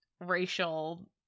racial